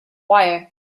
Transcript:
wire